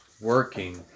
working